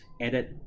edit